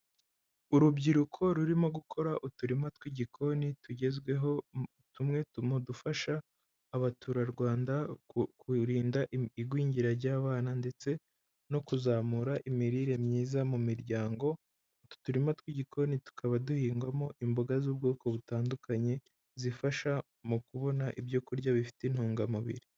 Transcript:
Urubyiruko rurimo gukora uturima tw'igikoni tugezweho tumwe mu dufasha abaturarwanda kurinda igwingira ry'abana ndetse no kuzamura imirire myiza mu miryango utu turima tw'igikoni tukaba duhingwamo imboga z'ubwoko butandukanye zifasha mu kubona ibyo kurya bifite intungamubiri.